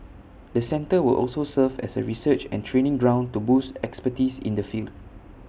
the centre will also serve as A research and training ground to boost expertise in the field